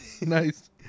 Nice